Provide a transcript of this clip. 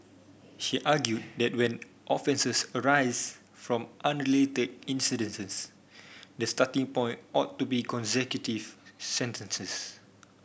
she argued that when offences arise from unrelated incidences the starting point ought to be consecutive sentences